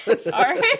Sorry